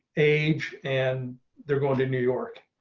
age and they're going to new york.